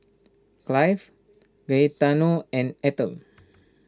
Cleve Gaetano and Ethyl